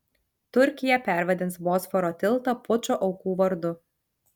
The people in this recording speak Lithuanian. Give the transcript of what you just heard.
turkija pervardins bosforo tiltą pučo aukų vardu